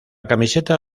camiseta